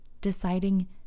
Deciding